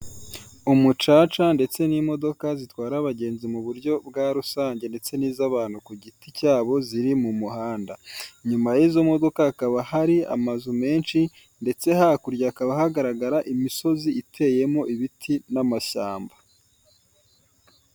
Umucaca ndetse n'imodoka zitwara abagenzi mu buryo bwa rusange ndetse n'izabantu ku giti cyabo ziri mu muhanda, inyuma yizo modoka hakaba hari amazu menshi ndetse hakurya hakaba hagaragara imisozi iteyemo ibiti n'amashyamba.